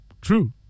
true